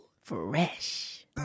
Fresh